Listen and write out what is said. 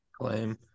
Claim